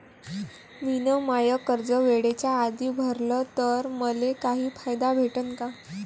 मिन माय कर्ज वेळेच्या आधी भरल तर मले काही फायदा भेटन का?